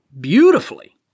beautifully